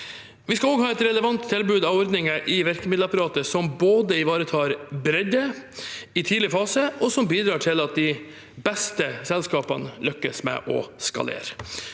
Vi skal også ha et relevant tilbud av ordninger i virkemiddelapparatet som både ivaretar bredde i tidlig fase, og som bidrar til at de beste selskapene lykkes med å skalere.